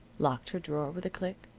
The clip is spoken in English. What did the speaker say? locked her drawer with a click,